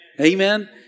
Amen